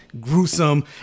gruesome